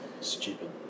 stupid